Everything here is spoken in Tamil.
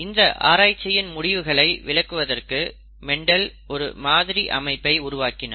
இந்த ஆராய்ச்சிகளின் முடிவுகளை விளக்குவதற்கு மெண்டல் ஒரு மாதிரி அமைப்பை உருவாக்கினார்